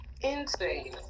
Insane